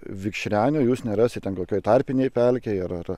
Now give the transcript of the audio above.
vikšrelio jūs nerasite ten kokioje tarpinėje pelkėje ir